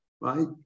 right